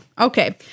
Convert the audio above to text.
Okay